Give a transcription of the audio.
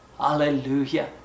Hallelujah